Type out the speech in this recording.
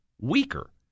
weaker